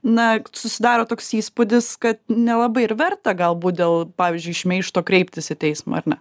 na susidaro toks įspūdis kad nelabai ir verta galbūt dėl pavyzdžiui šmeižto kreiptis į teismą ar ne